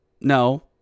No